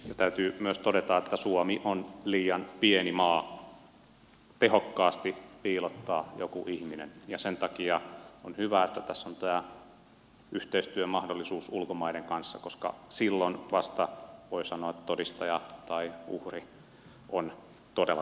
täytyy myös todeta että suomi on liian pieni maa tehokkaasti piilottaa joku ihminen ja sen takia on hyvä että tässä on tämä yhteistyömahdollisuus ulkomaiden kanssa koska silloin vasta voi sanoa että todistaja tai uhri on todella turvassa